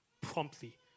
promptly